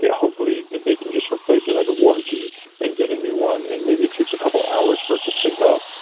hopefully that they can just replace it under warranty and get a new one and maybe it takes a couple hours for it to sync up,